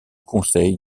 conseil